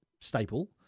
staple